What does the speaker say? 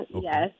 Yes